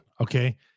okay